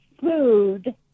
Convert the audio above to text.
food